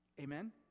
Amen